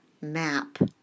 map